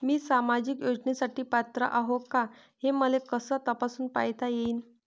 मी सामाजिक योजनेसाठी पात्र आहो का, हे मले कस तपासून पायता येईन?